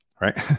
right